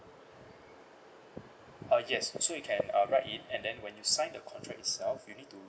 uh yes so you can uh write in and then when you sign the contract itself you need to